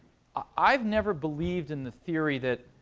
i've never believed in the theory that,